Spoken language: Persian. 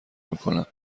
میکنم